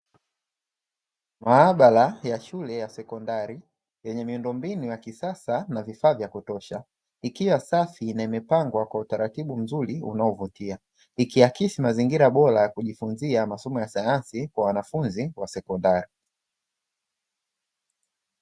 Maabara ya shule ya sekondari yenye miundombinu ya kisasa na vifaa vya kutosha ikiwa safi na imepangwa kwa utaratibu mzuri unaovutia, ikiakisi mazingira bora ya kujifunzia masomo ya sayansi kwa wanafunzi wa sekondari.